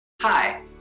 Hi